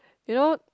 you know